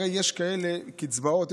הרי יש כאלה קצבאות,